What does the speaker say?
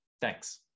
Thanks